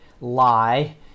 lie